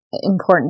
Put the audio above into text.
important